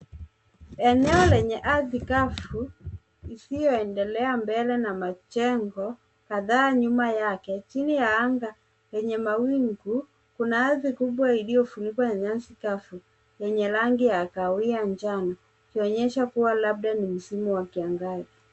Eneo lenye ardhi kavu isiyoendelea mbele na majengo kadhaa nyuma yake, chini ya anga yenye mawingu. Kuna ardhi kubwa iliyofunikwa na nyasi kavu yenye rangi ya kahawia njano ikionyesha kuwa labda ni msimu wa kiangazi.